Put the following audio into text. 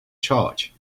charge